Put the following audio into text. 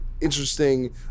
Interesting